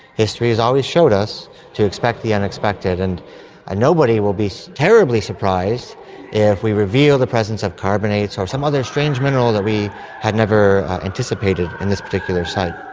history has always showed us to expect the unexpected, and ah nobody will be terribly surprised if we reveal the presence of carbonates or some other strange mineral that we had never anticipated in this particular site.